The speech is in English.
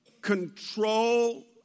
control